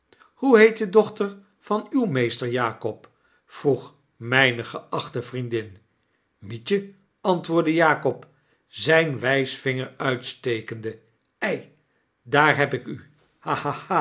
hoe heet de dochter van uw meester jakob vroeg mijne geachte vriendin mietje antwoordde jakob zijn wijsvinger uitstekende ei daar heb ik u